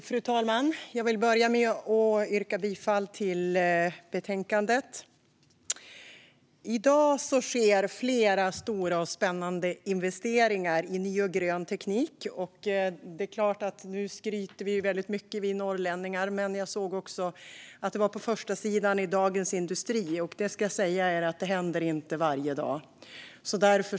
Fru talman! Jag vill börja med att yrka bifall till utskottets förslag i betänkandet. I dag sker flera stora och spännande investeringar i ny och grön teknik. Vi norrlänningar skryter ju väldigt mycket nu, men jag såg att det också var på förstasidan i Dagens industri. Det händer inte varje dag, ska jag säga er!